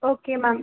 okay ma'am